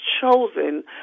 chosen